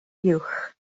uwch